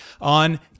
on